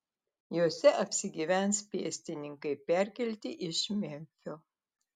jose apsigyvens pėstininkai perkelti iš memfio